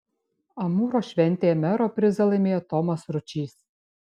amūro šventėje mero prizą laimėjo tomas ručys